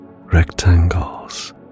rectangles